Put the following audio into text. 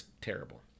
Terrible